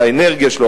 האנרגיה שלו,